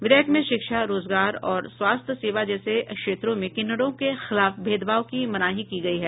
विधेयक में शिक्षा रोजगार और स्वास्थ सेवा जैसे क्षेत्रों में किन्नरों के खिलाफ भेदभाव की मनाही की गई है